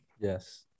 Yes